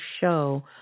show